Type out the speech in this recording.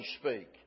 speak